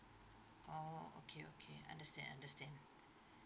oh okay okay understand understand